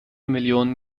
millionen